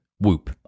Whoop